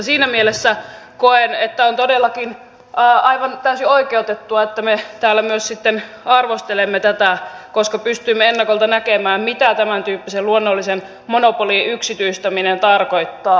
siinä mielessä koen että on todellakin aivan täysin oikeutettua että me täällä myös sitten arvostelemme tätä koska pystyimme ennakolta näkemään mitä tämäntyyppisen luonnollisen monopolin yksityistäminen tarkoittaa